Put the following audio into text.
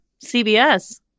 CBS